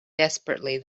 desperately